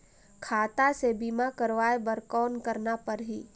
खाता से बीमा करवाय बर कौन करना परही?